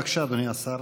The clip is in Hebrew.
בבקשה, אדוני השר.